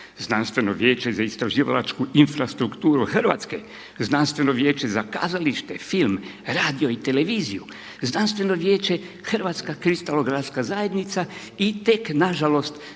Znanstveno vijeće za istraživalačku infrastrukturu Hrvatske, Znanstveno vijeće za kazalište, film, radio i televiziju, Znanstveno vijeće Hrvatska kristalografska zajednica i tek nažalost